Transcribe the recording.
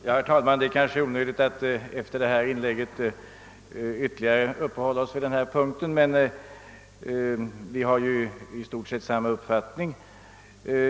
Herr talman! Efter detta inlägg är det kanske onödigt att ytterligare uppehålla sig vid denna punkt; vi har i stort sett samma uppfattning.